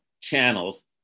channels